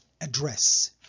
address